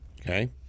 Okay